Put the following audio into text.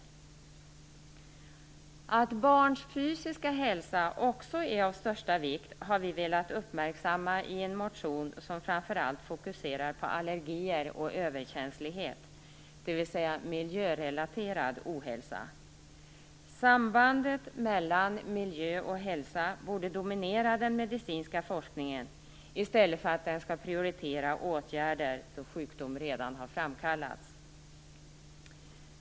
Att barns fysiska hälsa också är av största vikt har vi velat uppmärksamma i en motion som framför allt fokuserar på allergier och överkänslighet, dvs. miljörelaterad ohälsa. Sambandet mellan miljö och hälsa borde dominera den medicinska forskningen. Nu prioriterar den i stället åtgärder då sjukdom redan har framkallats.